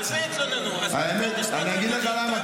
על זה התלוננו --- אני אגיד לך למה,